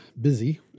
busy